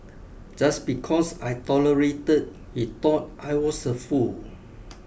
just because I tolerated he thought I was a fool